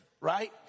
right